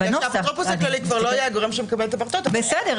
בגלל שהאפוטרופוס הכללי כבר לא יהיה הגורם שיקבל את הפרטות --- רגע,